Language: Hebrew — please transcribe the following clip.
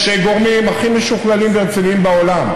יש גורמים הכי משוכללים ורציניים בעולם,